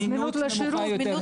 זמינות נמוכה יותר,